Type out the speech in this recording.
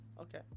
okay